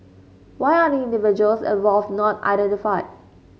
why are the individuals involved not identified